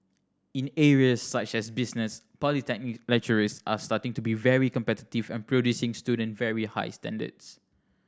in areas such as business polytechnic lecturers are starting to be very competitive and producing student very high standards